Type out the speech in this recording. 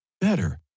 better